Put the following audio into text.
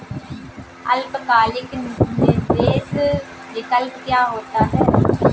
अल्पकालिक निवेश विकल्प क्या होता है?